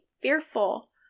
fearful